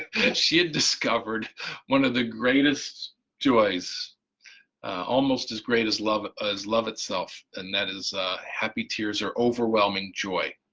and she had discovered one of the greatest joys almost as great as love as love itself, and that is happy tears or overwhelming joy.